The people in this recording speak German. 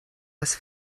das